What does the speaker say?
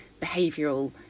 behavioural